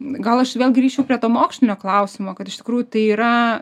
gal aš vėl grįšiu prie to mokslinio klausimo kad iš tikrųjų tai yra